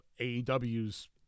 AEW's